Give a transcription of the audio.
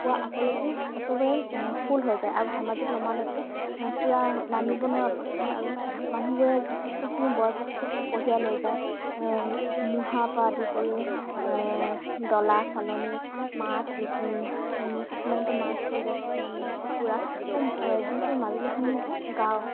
পোৱাৰ আগলৈকে একেবাৰে ফুল হৈ যায় আৰু ধেমাজিত নমালৈকে পুৰা নামিব নোৱাৰা অৱস্থা হয় আৰু মানুহবোৰে যথেষ্টখিনি বয় বস্তু কঢ়িয়াই লৈ যায় মুঢ়াৰ পৰা আদি কৰি ডলা চালনী মাছ কিছুমানেতো মাছ লৈ যায় কিছুমানেতো কুকুৰা মানে যিহেতু মাজুলী এখন গাঁও